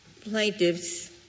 plaintiffs